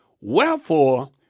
Wherefore